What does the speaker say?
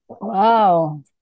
wow